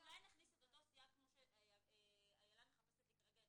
אולי נכניס את אותו סייג כמו שאיילה מחפשת כרגע את